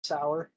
Sour